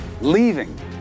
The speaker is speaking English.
Leaving